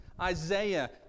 Isaiah